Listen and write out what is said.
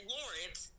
Lawrence